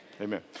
Amen